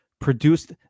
produced